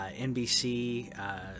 NBC